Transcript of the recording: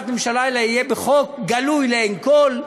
הממשלה אלא יהיה בחוק גלוי לעין כול,